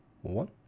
one